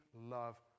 love